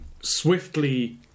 swiftly